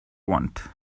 want